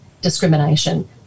discrimination